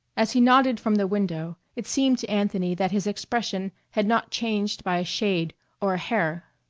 as he nodded from the window it seemed to anthony that his expression had not changed by a shade or a hair.